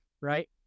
right